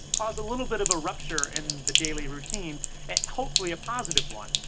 cause a little bit of a rupture in the daily routine and hopefully a positive one.